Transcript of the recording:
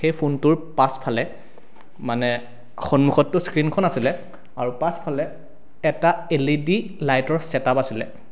সেই ফোনটোৰ পাছফালে মানে সন্মুখতটো স্ক্ৰিনখন আছিলে আৰু পাছফালে এটা এল ই ডি লাইটৰ চেটআপ আছিলে